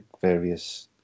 various